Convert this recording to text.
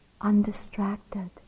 undistracted